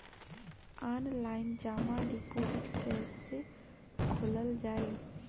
Online जमा deposit कैसे खोलल जाइ?